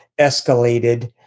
escalated